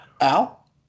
Al